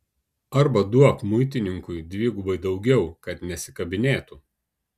arba duok muitininkui dvigubai daugiau kad nesikabinėtų